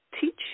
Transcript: teach